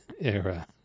era